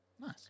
Nice